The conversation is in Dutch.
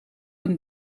een